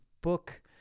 book